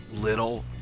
little